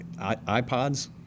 iPods